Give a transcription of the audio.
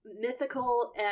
mythical